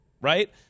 right